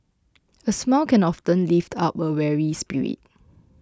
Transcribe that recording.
a smile can often lift up a weary spirit